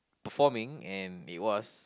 performing and it was